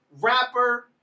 rapper